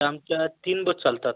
तर आमच्या तीन बस चालतात